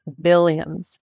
billions